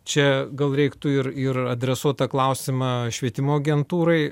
čia gal reiktų ir ir adresuotą klausimą švietimo agentūrai